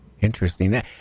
Interesting